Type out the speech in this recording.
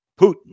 Putin